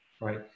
right